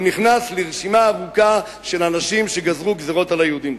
הוא נכנס לרשימה ארוכה של אנשים שגזרו גזירות על היהודים.